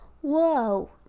Whoa